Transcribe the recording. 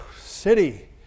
city